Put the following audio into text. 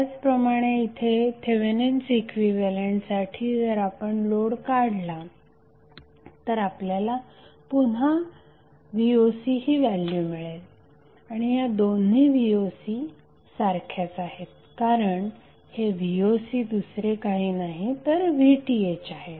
त्याचप्रमाणे इथे थेवेनिन्स इक्विव्हॅलेंटसाठी जर आपण लोड काढला तर आपल्याला पुन्हा voc ही व्हॅल्यू मिळेल आणि ह्या दोन्ही voc सारख्याच आहेत कारण हे voc दुसरे काही नाही तर VThआहे